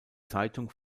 zeitung